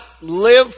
live